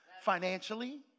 financially